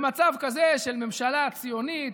במצב כזה של ממשלה ציונית,